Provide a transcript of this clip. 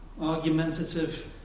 argumentative